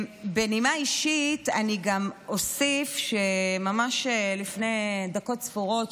בנימה אישית אני גם אוסיף שממש לפני דקות ספורות,